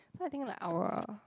so I think like our